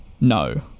No